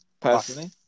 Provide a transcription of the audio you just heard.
personally